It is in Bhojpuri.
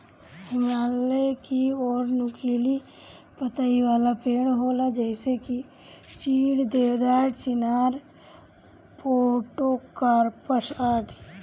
हिमालय की ओर नुकीला पतइ वाला पेड़ होला जइसे की चीड़, देवदार, चिनार, पोड़ोकार्पस आदि